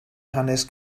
hanes